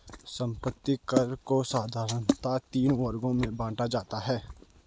संपत्ति कर को साधारणतया तीन वर्गों में बांटा जाता है